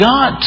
God